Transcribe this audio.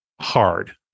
hard